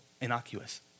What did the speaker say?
innocuous